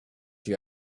you